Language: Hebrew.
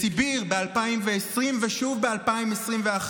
בסיביר, ב-2020 ושוב ב-2021,